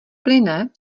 plyne